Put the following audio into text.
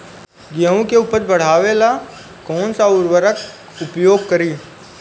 गेहूँ के उपज बढ़ावेला कौन सा उर्वरक उपयोग करीं?